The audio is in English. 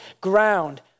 ground